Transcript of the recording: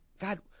god